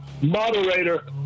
moderator